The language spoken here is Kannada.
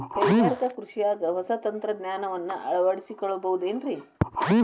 ಕೈಗಾರಿಕಾ ಕೃಷಿಯಾಗ ಹೊಸ ತಂತ್ರಜ್ಞಾನವನ್ನ ಅಳವಡಿಸಿಕೊಳ್ಳಬಹುದೇನ್ರೇ?